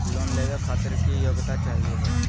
Loan लेवे खातीर की योग्यता चाहियो हे?